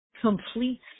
complete